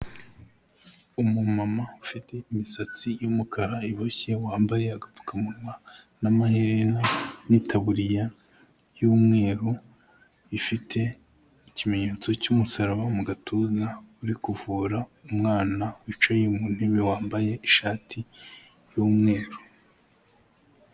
Umumama ufite imisatsi y'umukara iboshye, wambaye agapfukamunwa n'amaherena n'itaburiya y'umweru, ifite ikimenyetso cy'umusaraba mu gatuza, uri kuvura umwana wicaye mu ntebe wambaye ishati y'umweru.